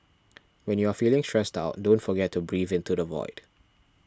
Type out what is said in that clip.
when you are feeling stressed out don't forget to breathe into the void